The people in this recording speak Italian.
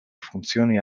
funzioni